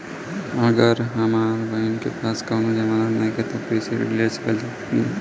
अगर हमार बहिन के पास कउनों जमानत नइखें त उ कृषि ऋण कइसे ले सकत बिया?